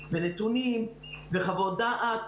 נתונים וחוות דעת.